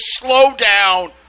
slowdown